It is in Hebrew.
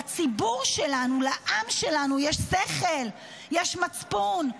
לציבור שלנו, לעם שלנו, יש שכל, יש מצפון.